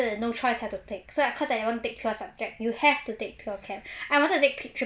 so got no choice I have to take so cause I want to take pure subject you have to take pure chem I want to take